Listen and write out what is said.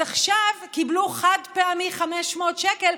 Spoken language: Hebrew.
אז עכשיו קיבלו חד-פעמי 500 שקל,